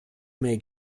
may